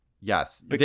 yes